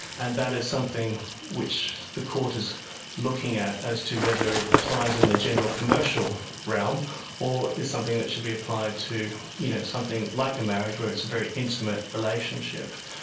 and that is something which the court is looking at as to whether it applies in the commercial realm or is something that should be applied to you know something like a marriage where it's a very intimate relationship.